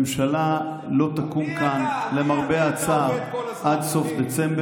ממשלה לא תקום כאן, למרבה הצער, עד סוף דצמבר.